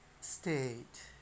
state